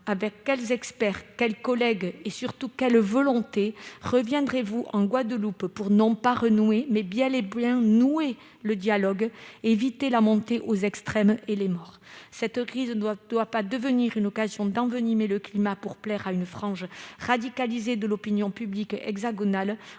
avec quels experts, quels collègues et surtout avec quelle volonté reviendrez-vous en Guadeloupe pour non pas renouer, mais bel et bien nouer le dialogue et ainsi éviter la montée aux extrêmes et les morts ?« Cette crise ne doit pas devenir une occasion d'envenimer le climat pour plaire à une frange radicalisée de l'opinion publique hexagonale